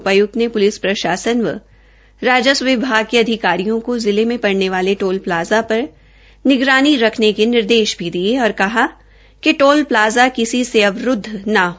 उपाय्क्त ने प्लिस प्रशासन व राजस्व विभाग के अधिकारियों को जिले में पड़ने वाले टोल प्लाजा पर निगरानी रखने के निर्देश दिये है और कहा कि टोल प्लाज़ा किसी तरह से अवरूत्र न हो